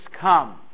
come